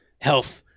health